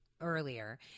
earlier